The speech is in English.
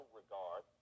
regard